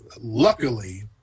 luckily